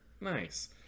Nice